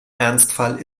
ernstfall